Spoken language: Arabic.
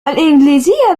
الإنجليزية